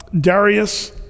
Darius